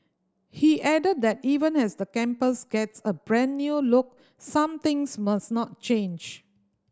he added that even as the campus gets a brand new look some things must not change